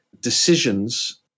decisions